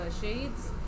shades